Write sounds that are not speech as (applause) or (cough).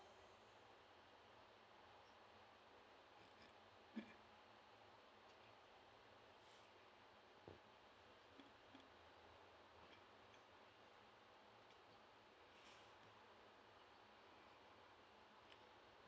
(noise) (breath)